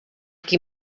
qui